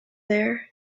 there